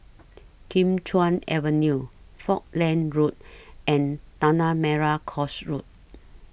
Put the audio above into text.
Kim Chuan Avenue Falkland Road and Tanah Merah Coast Road